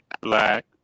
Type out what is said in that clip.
Black